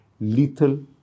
lethal